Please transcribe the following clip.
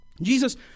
Jesus